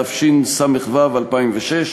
התשס"ו 2006,